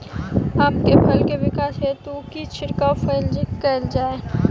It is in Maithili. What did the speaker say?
आम केँ फल केँ विकास हेतु की छिड़काव कैल जाए?